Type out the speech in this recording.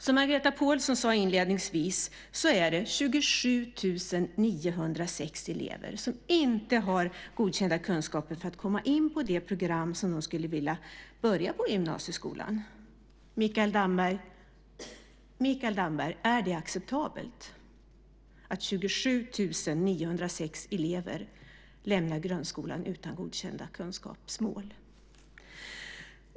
Som Margareta Pålsson sade inledningsvis är det 27 906 elever som inte har godkända kunskaper för att komma in på de program de skulle vilja börja på i gymnasieskolan. Mikael Damberg, är det acceptabelt att 27 906 elever lämnar grundskolan utan godkända kunskaper?